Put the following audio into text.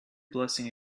blessing